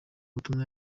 butumwa